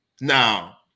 Now